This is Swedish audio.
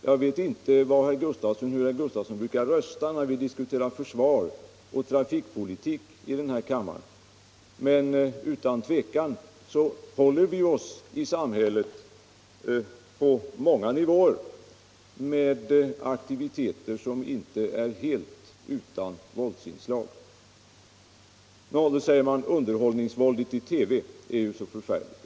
Jag vet inte hur herr Gustavsson brukar rösta när vi diskuterar försvar och trafikpolitik i den här kammaren, men utan tvivel håller vi oss i samhället på många nivåer med aktiviteter som inte är helt utan våldsinslag. Nå, säger man då, men underhållningsvåldet i TV är ju så förfärligt.